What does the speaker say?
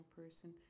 person